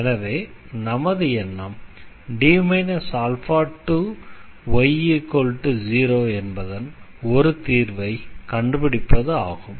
எனவே நமது எண்ணம் y0 என்பதன் ஒரு தீர்வை கண்டுபிடிப்பது ஆகும்